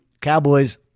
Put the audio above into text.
Cowboys